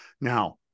Now